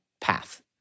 path